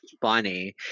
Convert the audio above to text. funny